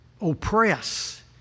oppress